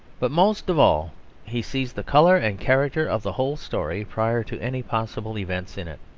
but most of all he sees the colour and character of the whole story prior to any possible events in it.